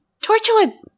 Torchwood